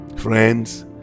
friends